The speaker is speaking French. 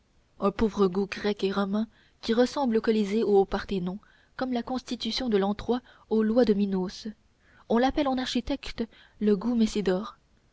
un pauvre goût grec et romain qui ressemble au colisée ou au parthénon comme la constitution de l'an iii aux lois de minos on l'appelle en architecture le goût